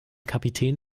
kapitän